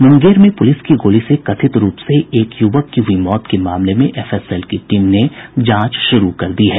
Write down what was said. मुंगेर में पुलिस की गोली से कथित रूप से एक युवक की हुई मौत के मामले में एफएसएल की टीम ने जांच शुरू कर दी है